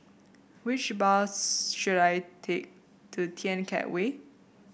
which bus should I take to Kian Teck Way